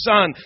Son